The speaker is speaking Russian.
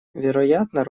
вероятно